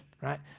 right